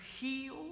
heal